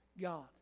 God